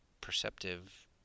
perceptive